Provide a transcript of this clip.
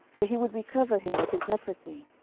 for he would recover him of his leprosy.